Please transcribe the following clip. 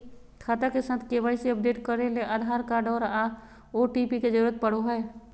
खाता के साथ के.वाई.सी अपडेट करे ले आधार कार्ड आर ओ.टी.पी के जरूरत पड़ो हय